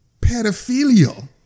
pedophilia